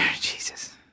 Jesus